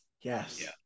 yes